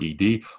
ED